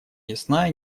ясна